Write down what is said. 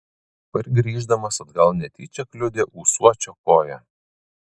pargrįždamas atgal netyčia kliudė ūsuočio koją